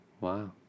Wow